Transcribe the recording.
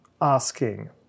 Asking